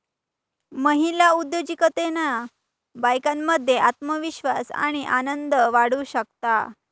महिला उद्योजिकतेतना बायकांमध्ये आत्मविश्वास आणि आनंद वाढू शकता